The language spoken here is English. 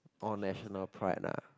oh national pride lah